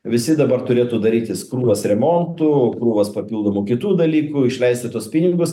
visi dabar turėtų darytis krūvas remontų krūvas papildomų kitų dalykų išleisti tuos pinigus